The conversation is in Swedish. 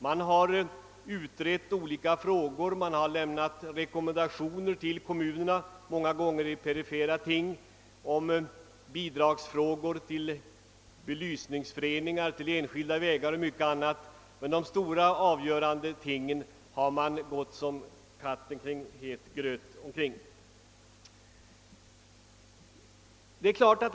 Man har utrett olika frågor, man har lämnat rekommendationer till kommunerna, många gånger kanske i perifera ting, om bidrag till belysningsföreningar, till enskilda vägar och mycket annat. Men kring de stora, avgörande tingen har man gått som katten kring het gröt.